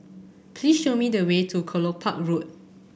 please show me the way to Kelopak Road